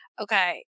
Okay